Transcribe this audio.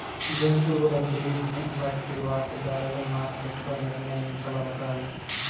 జంతువుల బ్రీడ్ ని బట్టి వాటి ధరలు మార్కెట్ లో నిర్ణయించబడతాయి